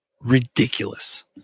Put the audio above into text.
Ridiculous